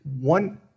one